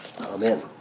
Amen